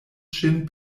ŝin